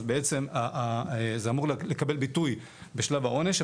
אז בעצם זה אמור לקבל ביטוי בשלב העונש.